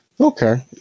Okay